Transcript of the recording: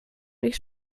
nicht